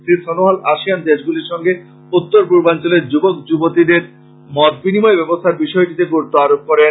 Shri Sonowal ASEAN দেশেগুলির সঙ্গে উত্তর পূর্বাঞ্চলের যুবক যুবতিদের মত বিনিময় ব্যবস্থার বিষয়টিতে গুরুত্ব আরোপ করেছেন